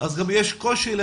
מה שאנחנו כן יכולים